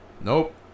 Nope